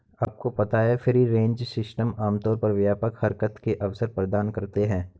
आपको पता है फ्री रेंज सिस्टम आमतौर पर व्यापक हरकत के अवसर प्रदान करते हैं?